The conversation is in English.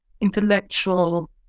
intellectual